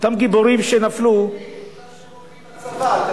אותם גיבורים שנפלו, עובדה שהולכים לצבא.